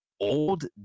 old